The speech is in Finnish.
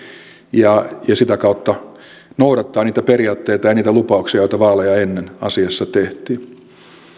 ja sitä kautta noudattaa niitä periaatteita ja niitä lupauksia joita vaaleja ennen asiassa tehtiin